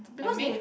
I mean